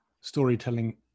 storytelling